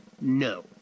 no